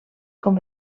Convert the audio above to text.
com